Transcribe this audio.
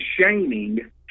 shaming